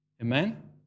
Amen